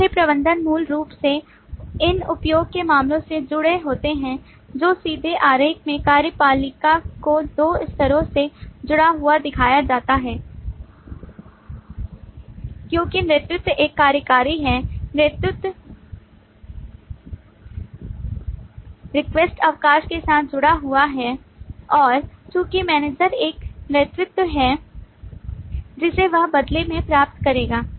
इसलिए प्रबंधक मूल रूप से इन उपयोग के मामलों से जुड़े होते हैं जो सीधे आरेख में कार्यपालिका को दो स्तरों से जुड़ा हुआ दिखाया जाता है क्योंकि नेतृत्व एक कार्यकारी है नेतृत्व रिक्वेस्ट अवकाश के साथ जुड़ी हुई है और चूंकि मैनेजर एक नेतृत्व है जिसे वह बदले में प्राप्त करेगा